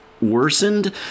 worsened